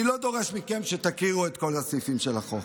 אני לא דורש מכם שתכירו את כל הסעיפים של החוק,